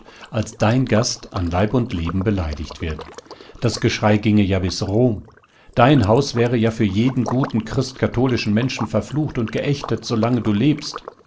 als dein gast an leib und leben beleidigt wird das geschrei ginge ja bis rom dein haus wäre ja für jeden guten christkatholischen menschen verflucht und geächtet solang du lebst